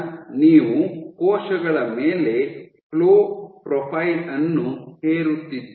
ಆದ್ದರಿಂದ ನೀವು ಕೋಶಗಳ ಮೇಲೆ ಫ್ಲೋ ಪ್ರೊಫೈಲ್ ಅನ್ನು ಹೇರುತ್ತಿದ್ದೀರಿ